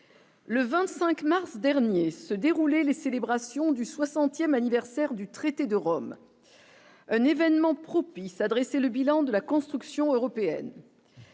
Le 25 mars dernier se dérouler les célébrations du 60ème anniversaire du traité de Rome. Un événement propice à dresser le bilan de la construction européenne.